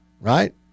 right